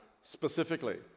specifically